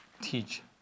teach